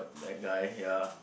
that guy ya